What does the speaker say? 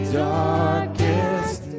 darkest